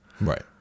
Right